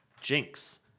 Jinx